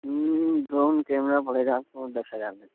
ہوں dual camera پڑے گا آپ کو دس ہزار میں